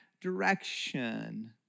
direction